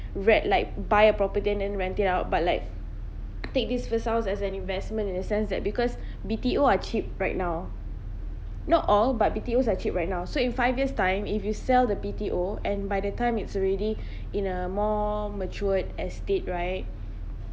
rent like buy a property and then rent it out but like take these first house as an investment in a sense that because B_T_O are cheap right now not all but B_T_Os are cheap right now so in five years time if you sell the B_T_O and by the time it's already in a more matured estate right